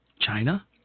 China